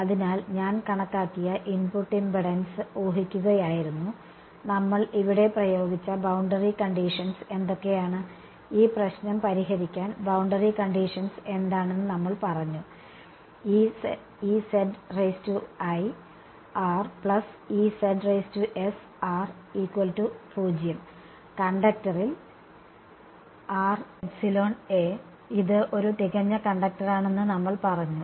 അതിനാൽ ഞാൻ കണക്കാക്കിയ ഇൻപുട്ട് ഇംപെഡൻസ് ഊഹിക്കുകയായിരുന്നു നമ്മൾ ഇവിടെ പ്രയോഗിച്ച ബൌണ്ടറി കണ്ടിഷൻസ് എന്തൊക്കെയാണ് ഈ പ്രശ്നം പരിഹരിക്കാൻ ബൌണ്ടറി കണ്ടിഷൻസ് എന്താണെന്ന് നമ്മൾ പറഞ്ഞു കണ്ടക്ടറിൽ ഇത് ഒരു തികഞ്ഞ കണ്ടക്ടറാണെന്ന് നമ്മൾ പറഞ്ഞു